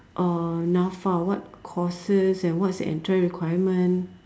uh Nafa what courses and what's the entry requirement